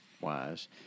wise